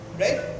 right